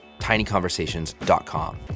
tinyconversations.com